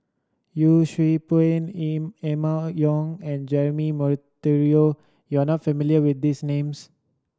Yee Siew Pun Emma Yong and Jeremy Monteiro you are not familiar with these names